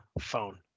phone